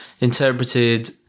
interpreted